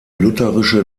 lutherische